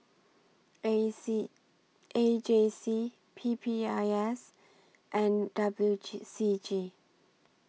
A C A J C P P I S and W G C G